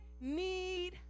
need